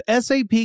SAP